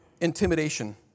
intimidation